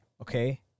Okay